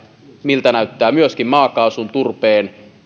miltä näyttää myöskin maakaasun ja turpeen